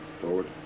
forward